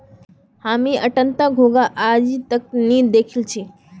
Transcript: हामी अट्टनता घोंघा आइज तक नी दखिल छि